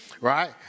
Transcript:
right